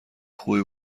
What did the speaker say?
خوبی